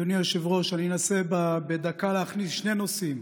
אדוני היושב-ראש, אנסה בדקה להכניס שני נושאים.